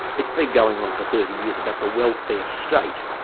it's been going on for thirty years, about the welfare state.